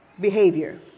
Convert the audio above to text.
behavior